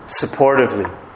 supportively